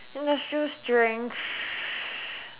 industrial strength